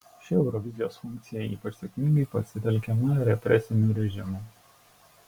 ši eurovizijos funkcija ypač sėkmingai pasitelkiama represinių režimų